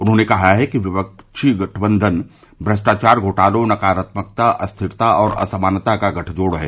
उन्होंने कहा है कि विपक्षी गठबंघन श्रष्टाचार घोटालों नकारात्मकता अस्थिरता और असमानता का गठजोड़ है